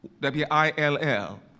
W-I-L-L